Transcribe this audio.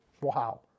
wow